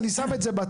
אני שם את זה בצד.